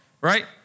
Right